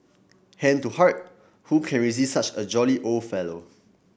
hand to heart who can resist such a jolly old fellow